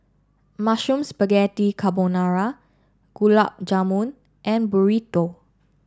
Mushroom Spaghetti Carbonara Gulab Jamun and Burrito